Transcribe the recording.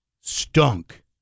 stunk